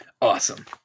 Awesome